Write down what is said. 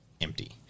empty